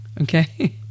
Okay